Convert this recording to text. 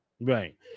Right